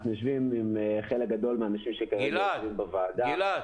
אנחנו יושבים עם חלק גדול מהאנשים שנמצאים בוועדה,